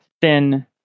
thin